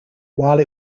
while